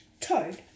Toad